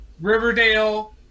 Riverdale